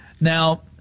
Now